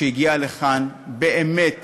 שהגיעה לכאן באמת